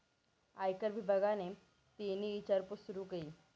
आयकर विभागनि तेनी ईचारपूस सूरू कई